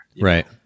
Right